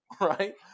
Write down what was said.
right